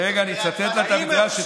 רגע, אני אצטט לה את המדרש,